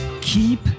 keep